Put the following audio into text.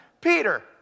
Peter